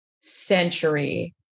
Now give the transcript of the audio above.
century